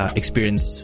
experience